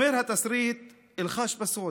// אומר התסריט: / אלחש בסוד: